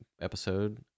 episode